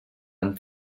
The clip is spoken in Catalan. amb